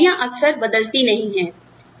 जहां नौकरियाँ अक्सर बदलती नहीं हैं